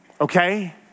okay